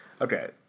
Okay